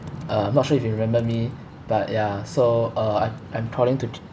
uh I'm not sure if you remember me but ya so uh I'm I'm calling to